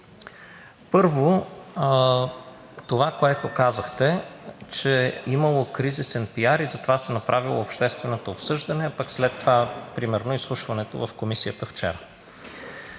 Първо, това, което казахте, че имало кризисен пиар и затова се направило общественото обсъждане, пък след това примерно изслушването в Комисията вчера.